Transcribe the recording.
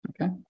Okay